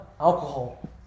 alcohol